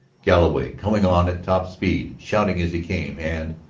galloway coming on at top speed, shouting as he came, and,